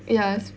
ya sp~